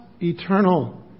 eternal